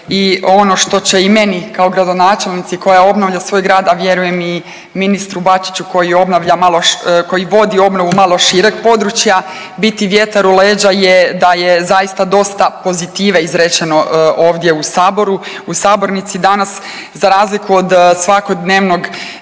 i ono što će i meni kao gradonačelnici koja obnavlja svoj grad, a vjerujem i ministru Bačiću koji obnavlja malo, koji vodi obnovu malo šireg područja biti vjetar u leđa je da je zaista dosta pozitive izrečeno ovdje u Saboru, u sabornici danas za razliku od svakodnevnog